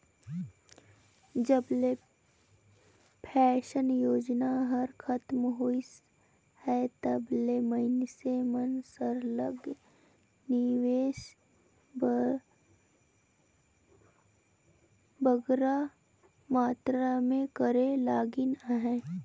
जब ले पेंसन योजना हर खतम होइस हे तब ले मइनसे मन सरलग निवेस बगरा मातरा में करे लगिन अहे